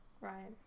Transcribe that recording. Right